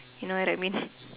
you know what that means